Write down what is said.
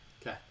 Okay